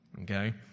Okay